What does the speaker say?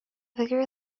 bigger